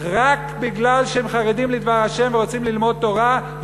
רק כי הם חרדים לדבר ה' ורוצים ללמוד תורה,